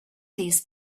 these